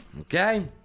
Okay